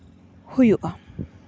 ᱦᱩᱭᱩᱜᱼᱟ